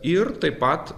ir taip pat